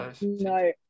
No